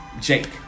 jake